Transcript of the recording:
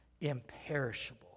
imperishable